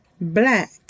Black